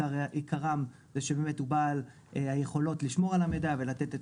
עיקרם זה שבאמת הוא בעל היכולות לשמור על המידע ולתת את